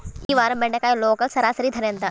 ఈ వారం బెండకాయ లోకల్ సరాసరి ధర ఎంత?